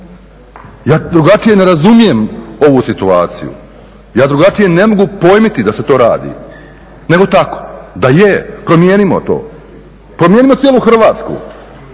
Ja drugačije ne razumijem ovu situaciju, ja drugačije ne mogu pojmiti da se to radi nego tako da je. Promijenimo to, promijenimo cijelu Hrvatsku,